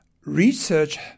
research